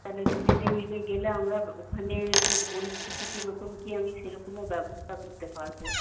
তাহলে দুজনে মিলে গেলে আমরা ওখানের পরিস্থিতি কী রকম কী আমি সেরকমও ব্যবস্থা করতে পারব